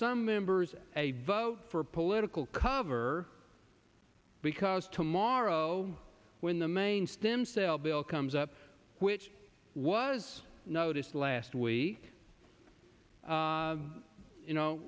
some members a vote for political cover because tomorrow when the main stem cell bill comes up which was noticed last week you know